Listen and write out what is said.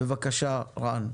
בבקשה, רן.